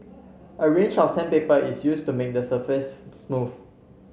a range of sandpaper is used to make the surface smooth